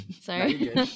sorry